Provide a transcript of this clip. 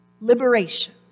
liberation